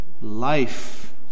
life